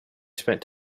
spent